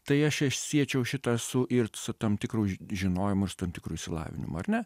tai aš čia siečiau šitą su ir su tam tikru žinojimu ir su tam tikru išsilavinimu ar ne